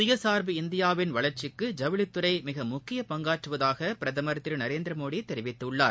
சுயசார்பு இந்தியாவின் வளர்ச்சிக்கு ஜவுளித்துறைமிகமுக்கிய பங்காற்றுவதாகபிரதமர் திருநரேந்திரமோடிதெரிவித்துள்ளார்